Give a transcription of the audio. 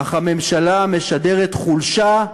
אך הממשלה משדרת חולשה,